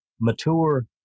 mature